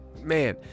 man